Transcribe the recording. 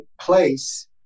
place